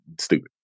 stupid